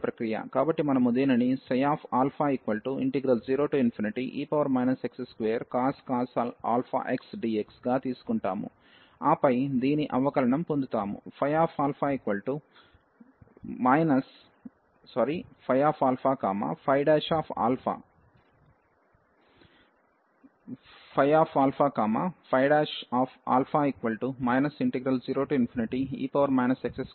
కాబట్టి మనము దీనిని 0e x2cos αx dx గా తీసుకుంటాము ఆపై దీని అవకలనం పొందుతాము 0e x2xsin αx dx